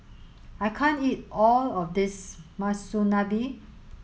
I can't eat all of this Monsunabe